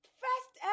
first